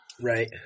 Right